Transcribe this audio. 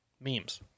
memes